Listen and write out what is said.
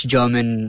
German